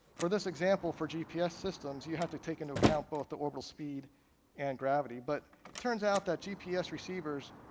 for this example for gps systems, you have to take into account both the orbital speed and gravity, but turns out that gps receivers,